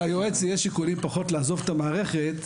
ליועץ יש שיקולים פחות לעזוב את המערכת,